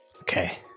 okay